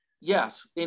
Yes